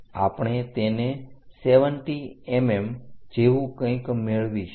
આપણે તેને 70 mm જેવું કંઈક મેળવીશું